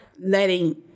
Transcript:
letting